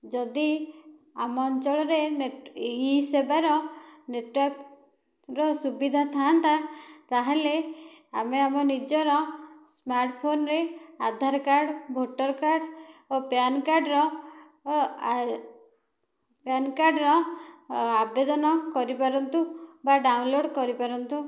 ଯଦି ଆମ ଅଞ୍ଚଳରେ ଇ ସେବାର ନେଟୱାର୍କ ର ସୁବିଧା ଥାନ୍ତା ତାହେଲେ ଆମେ ଆମ ନିଜର ସ୍ମାର୍ଟଫୋନରେ ଆଧାର କାର୍ଡ଼ ଭୋଟର କାର୍ଡ଼ ଓ ପ୍ୟାନ କାର୍ଡ଼ ଓ ପ୍ୟାନ କାର୍ଡ଼ର ଆବେଦନ କରିପାରନ୍ତୁ ବା ଡାଉନଲୋଡ଼ କରିପାରନ୍ତୁ